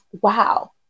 wow